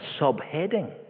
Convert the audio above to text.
subheading